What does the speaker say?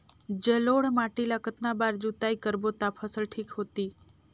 जलोढ़ माटी ला कतना बार जुताई करबो ता फसल ठीक होती?